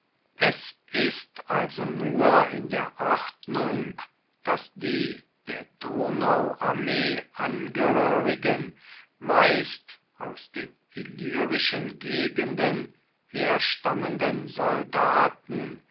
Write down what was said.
es ist also nur in der ordnung daß die der donauarmee angehörigen meistens aus den illyrischen gegenden herstammenden soldaten